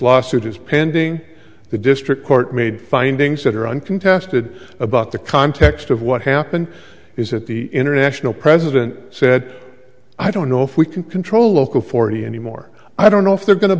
lawsuit is pending the district court made findings that are uncontested about the context of what happened is that the international president said i don't know if we can control local forty anymore i don't know if they're going to